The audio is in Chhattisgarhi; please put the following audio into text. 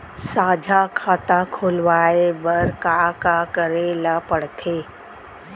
साझा खाता खोलवाये बर का का करे ल पढ़थे?